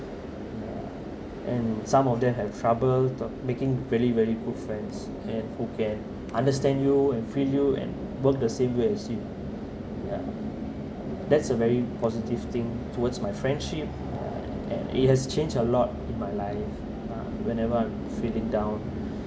and some of them have trouble to making really very good friends and who can understand you and feel you and work the same way as you ya that's a very positive thing towards my friendship it has changed a lot in my life whenever I'm feeling down